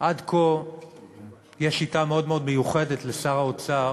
עד כה יש שיטה מאוד מאוד מיוחדת לשר האוצר